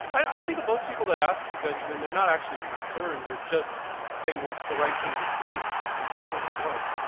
i think most people that ask you, benjamin, they're not actually concerned, they're just saying, what's the right thing to do? they just wanna know.